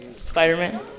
Spider-Man